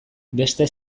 beste